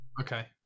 okay